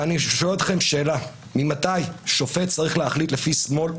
ואני שואל אתכם שאלה: ממתי שופט צריך להחליט לפי שמאל,